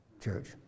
church